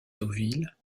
deauville